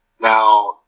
Now